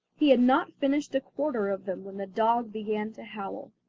he had not finished a quarter of them, when the dog began to howl.